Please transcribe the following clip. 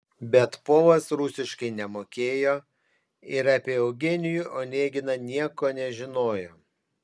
bet polas rusiškai nemokėjo ir apie eugenijų oneginą nieko nežinojo